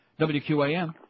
WQAM